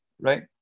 right